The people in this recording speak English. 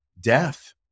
death